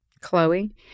Chloe